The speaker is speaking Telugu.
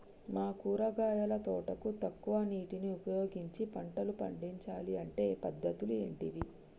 మా కూరగాయల తోటకు తక్కువ నీటిని ఉపయోగించి పంటలు పండించాలే అంటే పద్ధతులు ఏంటివి?